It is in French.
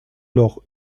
alors